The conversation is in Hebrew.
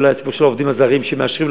כל הסיפור של העובדים הזרים שמאשרים,